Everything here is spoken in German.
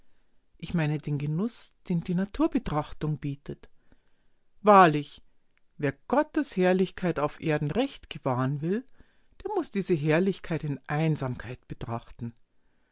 ich meine den genuß den die naturbetrachtung bietet wahrlich wer gottes herrlichkeit auf erden recht gewahren will der muß diese herrlichkeit in einsamkeit betrachten